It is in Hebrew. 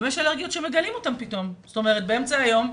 יש גם אלרגיות שפתאום מגלים אותן באמצע החיים.